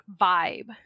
vibe